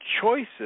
choices